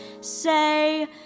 say